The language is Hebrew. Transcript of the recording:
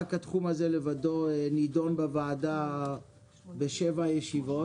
רק התחום הזה לבדו נידון בוועדה בשבע ישיבות.